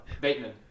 Bateman